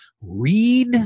read